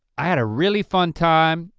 i had a really fun time.